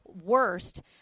worst